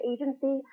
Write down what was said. Agency